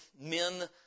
men